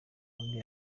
undi